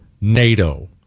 NATO